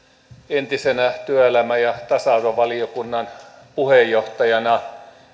entisenä työelämä ja tasa arvovaliokunnan puheenjohtajana